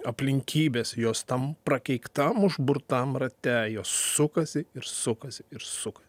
aplinkybės jos tam prakeiktam užburtam rate jos sukasi ir sukasi ir suka